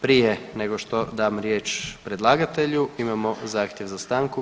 Prije nego što dam riječ predlagatelju imamo zahtjev za stanku.